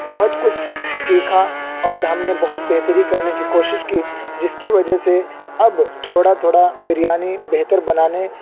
بہت کچھ سیکھا اور ہم نے بہت بہتری کرنے کی کوشش کی جس کی وجہ سے اب تھوڑا تھوڑا بریانی بہتر بنانے